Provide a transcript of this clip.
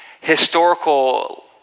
historical